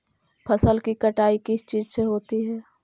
फसल की कटाई किस चीज से होती है?